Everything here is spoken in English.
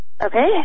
Okay